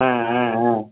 ஆ ஆ ஆ